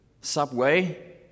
Subway